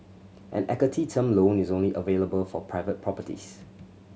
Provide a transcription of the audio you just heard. an equity term loan is only available for private properties